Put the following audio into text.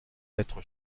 lettre